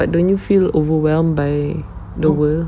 but don't you feel overwhelmed by the world